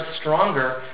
stronger